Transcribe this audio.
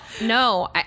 No